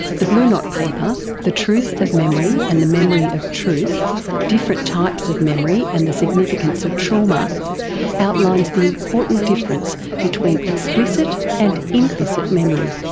the blue knot paper the truth of memory and the memory of truth different types of memory and the significance of trauma outlines the important difference between explicit and implicit memory.